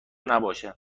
نباشه